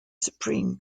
supreme